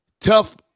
Tough